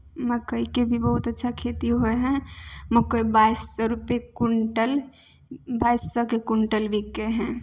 मकइके भी बहुत अच्छा खेती होइ हइ मकइ बाइस रुपैए क्विन्टल बाइस सओके क्विन्टल बिकै हइ